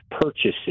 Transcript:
purchases